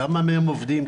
כמה מהם עובדים,